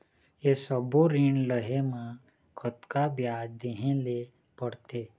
ये सब्बो ऋण लहे मा कतका ब्याज देहें ले पड़ते?